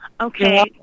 Okay